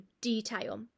detail